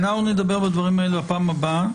טוב, אנחנו נדבר בדברים האלה בפעם הבאה.